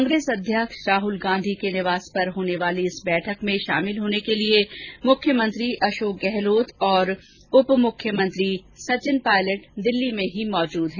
कांग्रेस अध्यक्ष राहल गांधी के निवास पर होने वाली इस बैठक में शामिल होने के लिए मुख्यमंत्री अशोक गहलोत और उप मुख्यमंत्री सचिन पायलट दिल्ली में ही मौजूद है